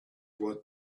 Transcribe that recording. what